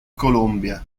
colombia